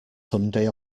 sunday